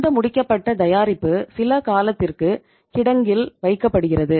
அந்த முடிக்கப்பட்ட தயாரிப்பு சில காலத்திற்கு கிடங்கில் வைக்கப்படுகிறது